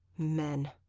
men,